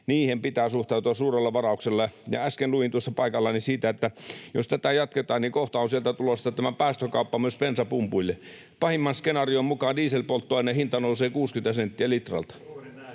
niihin pitää suhtautua suurella varauksella. Äsken luin tuossa paikallani siitä, että jos tätä jatketaan, niin kohta on sieltä tulossa päästökauppa myös bensapumpuille. Pahimman skenaarion mukaan dieselpolttoaineen hinta nousee 60 senttiä litralta.